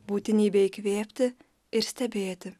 būtinybę įkvėpti ir stebėti